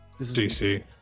DC